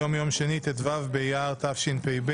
היום יום שני, ט"ו באייר תשפ"ב,